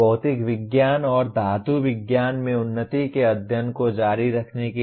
भौतिक विज्ञान और धातु विज्ञान में उन्नति के अध्ययन को जारी रखने के लिए